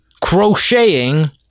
crocheting